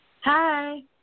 Hi